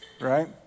Right